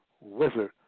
wizard